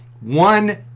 one